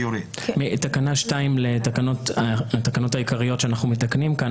תקנה 2 לתקנות העיקריות שאנחנו מתקנים כאן